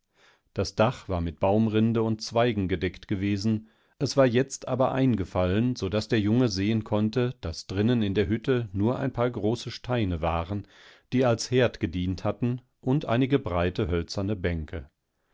das dach war mit baumrinde und zweigen gedeckt gewesen es war jetzt aber eingefallen so daß der junge sehen konnte daß drinnen in der hütte nur ein paar große steine waren die als herd gedient hatten und einige breite hölzerne bänke